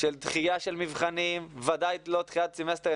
של דחייה של מבחנים ובוודאי לא דחיית סמסטר,